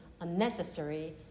unnecessary